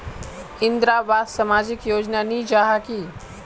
इंदरावास सामाजिक योजना नी जाहा की?